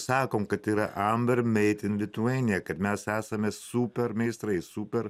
sakom kad tai yra amber made in lithuania kad mes esame supermeistrai super